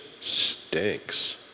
stinks